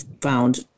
found